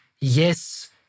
yes